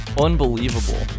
unbelievable